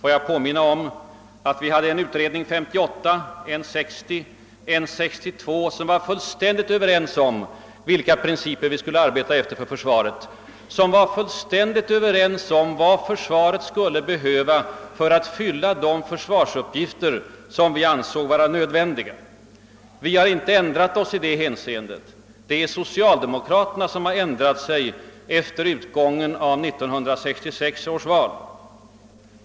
Får jag påminna om att vi hade en försvarsutredning 1958, en 1960 och en 1962 som alla var fullständigt överens om efter vilka principer vi skulle arbeta. De var fullständigt överens om vad försvaret skulle behöva för att fylla de uppgifter som vi ansåg vara nödvändiga. Vi har inte ändrat oss i de hänseendena. Det är socialdemokraterna som ändrat sig efter utgången av 1966 års val.